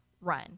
run